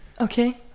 Okay